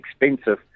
expensive